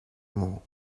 more